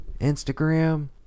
Instagram